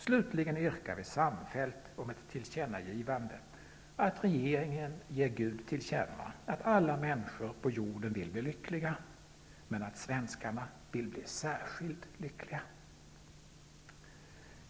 Slutligen yrkar vi samfällt om ett tillkännagivande till regeringen, där vi hemställer att denna ger Gud till känna att alla människor på jorden vill bli lyckliga -- och att svenskarna vill bli särskilt lyckliga!